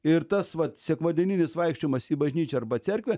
ir tas vat sekmadieninis vaikščiojimas į bažnyčią arba cerkvę